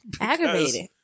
aggravated